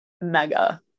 mega